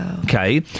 okay